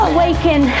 Awaken